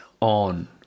on